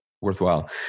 worthwhile